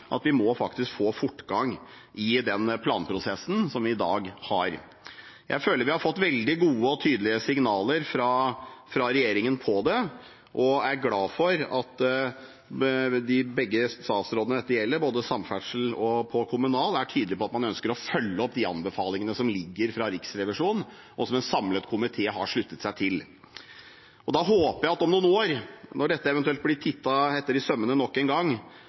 vi faktisk må få fortgang i den planprosessen som vi i dag har. Jeg føler vi har fått veldig gode og tydelige signaler fra regjeringen på det, og er glad for at begge statsrådene dette gjelder, på både samferdsel og kommunal, er tydelige på at man ønsker å følge opp de anbefalingene som ligger fra Riksrevisjonen, og som en samlet komité har sluttet seg til. Da håper jeg at vi om noen år, når dette eventuelt blir gått etter i sømmene nok en gang,